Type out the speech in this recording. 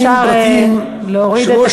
אם אפשר להוריד את הקול.